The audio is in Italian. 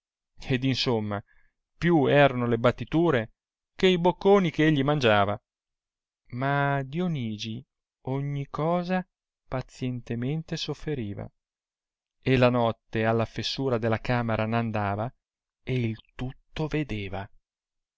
ed insomma più erano le battiture che i bocconi che egli mangiava ma dionigi ogni cosa pazientemente sofferiva e la notte alla fessura della camera n'andava e il tutto vedeva